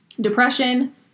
depression